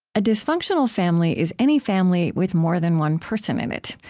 dysfunctional family is any family with more than one person in it.